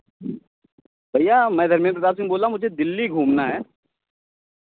भैया मैं धर्मेन्द्र प्रताप सिंह बोल रहा हूँ मुझे दिल्ली घूमना है